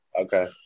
okay